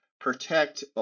protect